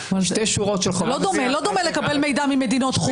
שתי שורות של חובה וזכות --- זה לא דומה לקבלת מידע ממדינות חוץ.